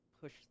Push